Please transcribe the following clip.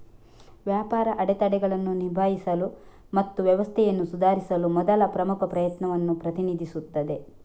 ವ್ಯಾಪಾರ ಅಡೆತಡೆಗಳನ್ನು ನಿಭಾಯಿಸಲು ಮತ್ತು ವ್ಯವಸ್ಥೆಯನ್ನು ಸುಧಾರಿಸಲು ಮೊದಲ ಪ್ರಮುಖ ಪ್ರಯತ್ನವನ್ನು ಪ್ರತಿನಿಧಿಸುತ್ತದೆ